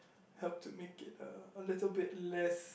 help to make it uh a little bit less